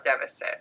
deficit